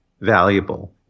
valuable